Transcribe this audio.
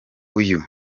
uyu